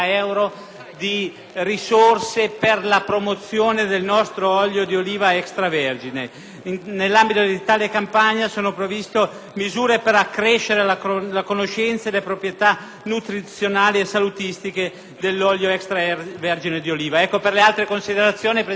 di euro per la promozione del nostro olio di oliva extravergine. Nell'ambito di tale campagna sono previste, in particolare, misure volte ad accrescere la conoscenza delle proprietà nutrizionali e salutistiche dell'olio extravergine di oliva. Per le altre considerazioni mi rimetto